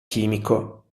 chimico